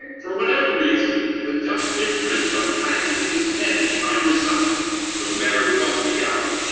for whatever reason, the duck imprinted on kylie. it just had to be by her side no matter what the hour.